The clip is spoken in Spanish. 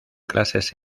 clases